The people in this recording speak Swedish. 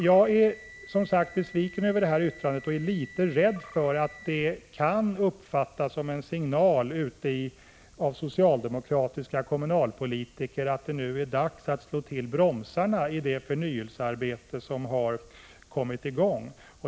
Jag är litet rädd för att detta yttrande från finansutskottet av socialdemokratiska kommunalpolitiker kan uppfattas som en signal att det nu är dags att slå till bromsarna i det förnyelsearbete som har kommit i gång.